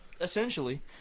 essentially